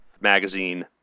magazine